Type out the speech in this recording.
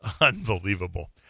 unbelievable